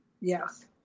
Yes